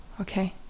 okay